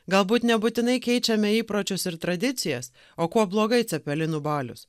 galbūt nebūtinai keičiame įpročius ir tradicijas o kuo blogai cepelinų balius